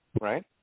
right